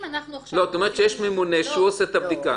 את אומרת שיש ממונה שעושה את הבדיקה.